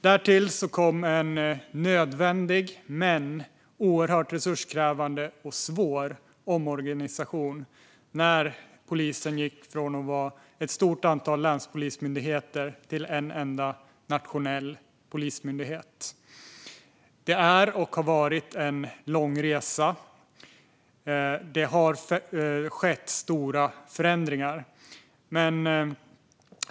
Därtill kom en nödvändig men oerhört resurskrävande och svår omorganisation där polisen gick från att vara ett stort antal länspolismyndigheter till en enda nationell polismyndighet. Det är och har varit en lång resa. Det har skett stora förändringar.